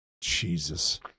Jesus